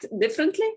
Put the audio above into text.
differently